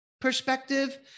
perspective